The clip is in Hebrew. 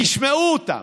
תשמעו אותם.